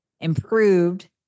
improved